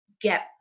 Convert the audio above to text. get